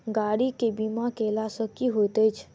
गाड़ी केँ बीमा कैला सँ की होइत अछि?